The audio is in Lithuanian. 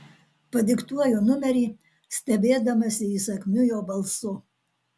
padiktuoju numerį stebėdamasi įsakmiu jo balsu